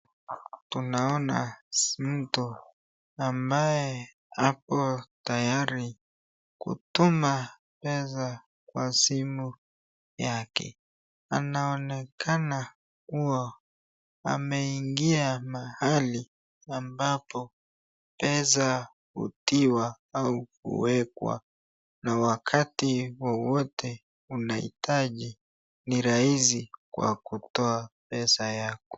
Tunaona mtu ambaye ako tayari kutuma pesa kwa simu yake, anaonekana kuwa ameingia mahali ambapo pesa hutiwa au kuwekwa na wakati wowote unahitaji ni rahisi kwa kutoa pesa yako.